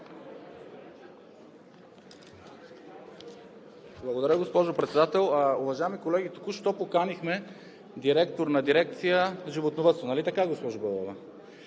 Благодаря, госпожо Председател. Уважаеми колеги, току-що поканихме директор на дирекция „Животновъдство“, нали така, госпожо Белова?